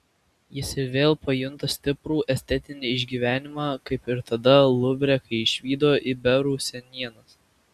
jis ir vėl pajunta stiprų estetinį išgyvenimą kaip ir tada luvre kai išvydo iberų senienas